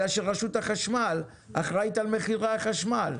אלא, שרשות החשמל אחראית על מחירי החשמל,